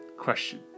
Question